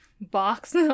box